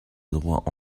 adroit